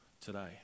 today